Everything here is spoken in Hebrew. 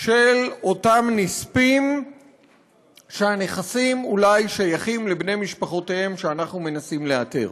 של אותם נספים שהנכסים אולי שייכים לבני משפחותיהם שאנחנו מנסים לאתר.